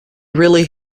really